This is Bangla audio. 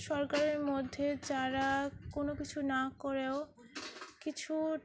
সরকারের মধ্যে যারা কোনো কিছু না করেও কিছু